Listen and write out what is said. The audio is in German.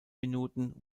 minuten